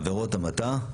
עבירות המתה,